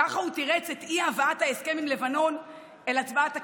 ככה הוא תירץ את אי-הבאת ההסכם עם לבנון להצבעת הכנסת.